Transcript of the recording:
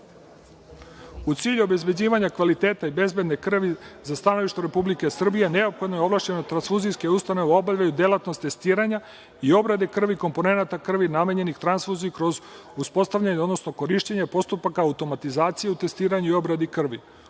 cilju obezbeđivanja kvaliteta i bezbedne krvi za stanovništvo Republike Srbije neophodno je da ovlašćene transfuzijske ustanove obavljaju delatnost testiranja i obrade krvi, komponenata krvi namenjenih transfuziji kroz uspostavljanje, odnosno korišćenje postupaka automatizacije u testiranju i obradi krvi.